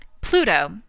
Pluto